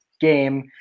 game